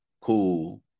cool